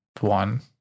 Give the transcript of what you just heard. one